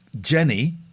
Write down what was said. Jenny